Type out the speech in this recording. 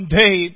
day